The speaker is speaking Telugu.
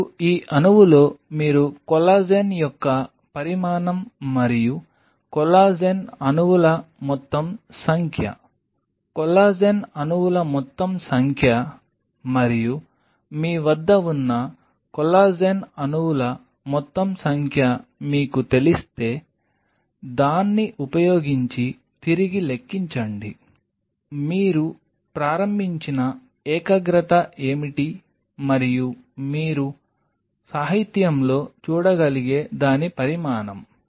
ఇప్పుడు ఈ అణువులో మీరు కొల్లాజెన్ యొక్క పరిమాణం మరియు కొల్లాజెన్ అణువుల మొత్తం సంఖ్య కొల్లాజెన్ అణువుల మొత్తం సంఖ్య మరియు మీ వద్ద ఉన్న కొల్లాజెన్ అణువుల మొత్తం సంఖ్య మీకు తెలిస్తే దాన్ని ఉపయోగించి తిరిగి లెక్కించండి గురించి సంఖ్య మీరు ప్రారంభించిన ఏకాగ్రత ఏమిటి మరియు మీరు సాహిత్యంలో చూడగలిగే దాని పరిమాణం